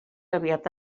aviat